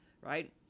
right